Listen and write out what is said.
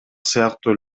сыяктуу